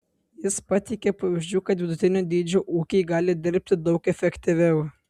jis pateikė pavyzdžių kad vidutinio dydžio ūkiai gali dirbti daug efektyviau